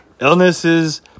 illnesses